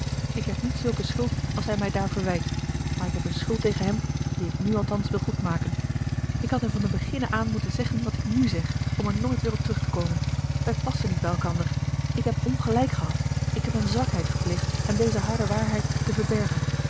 ik heb niet zulke schuld als hij mij daar verwijt maar ik heb eene schuld tegen hem die ik nu althans wil goedmaken ik had hem van den beginne aan moeten zeggen wat ik n zeg om er nooit weêr op terug te komen wij passen niet bij elkander ik heb ongelijk gehad ik heb eene zwakheid gepleegd hem deze harde waarheid te verbergen